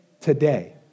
today